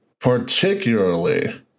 Particularly